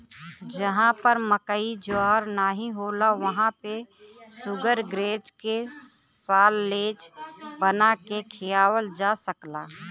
जहां पर मकई ज्वार नाहीं होला वहां पे शुगरग्रेज के साल्लेज बना के खियावल जा सकला